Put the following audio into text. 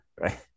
right